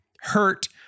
hurt